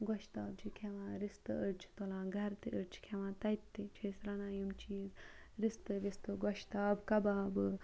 گۄشتاب چھِ کھٮ۪وان رِستہٕ أڑۍ چھِ تُلان گَرٕ تہِ أڑۍ چھِ کھٮ۪وان تَتہِ تہِ چھِ أسۍ رَنان یِم چیٖز رِستہٕ وِستہٕ گۄشتاب کَبابہٕ